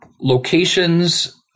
locations